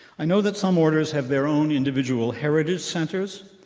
i know that some orders have their own individual heritage centers,